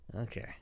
okay